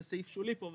זה סעיף שולי פה,